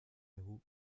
numéro